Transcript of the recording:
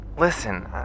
Listen